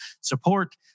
support